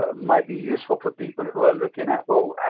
ah might be useful for people who are looking at, well,